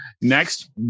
next